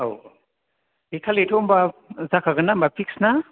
औ बे खालिथ' होनबा जाखागोन ना होनबा फिक्स ना